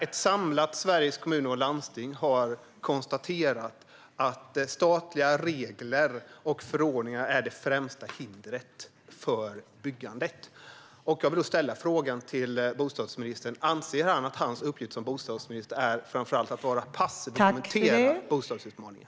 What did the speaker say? Ett samlat Sveriges Kommuner och Landsting har konstaterat att statliga regler och förordningar är det främsta hindret för byggandet. Jag vill därför fråga bostadsministern: Anser han att hans uppgift som bostadsminister framför allt är att vara passiv och kommentera bostadsutmaningen?